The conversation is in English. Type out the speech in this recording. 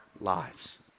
lives